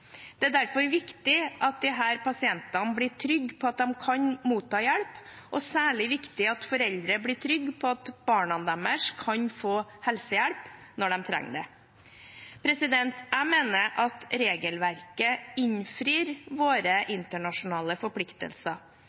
Det er derfor viktig at disse pasientene blir trygge på at de kan motta hjelp, og særlig viktig at foreldre blir trygge på at barna deres kan få helsehjelp når de trenger det. Jeg mener at regelverket innfrir våre internasjonale forpliktelser.